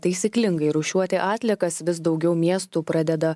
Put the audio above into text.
taisyklingai rūšiuoti atliekas vis daugiau miestų pradeda